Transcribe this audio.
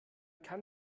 kann